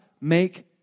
make